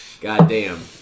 Goddamn